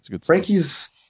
Frankie's